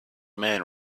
man